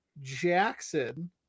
Jackson